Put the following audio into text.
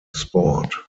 sport